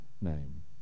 name